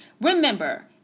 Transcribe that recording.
Remember